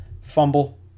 fumble